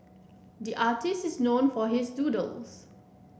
the artist is known for his doodles